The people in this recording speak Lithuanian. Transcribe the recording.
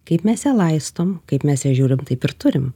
kaip mes ją laistom kaip mes ją žiūrim taip ir turim